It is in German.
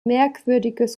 merkwürdiges